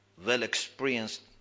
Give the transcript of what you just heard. well-experienced